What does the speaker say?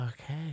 Okay